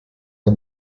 the